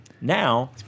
Now